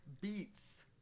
beats